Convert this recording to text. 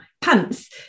Pants